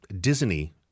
Disney